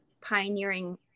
pioneering